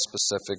specific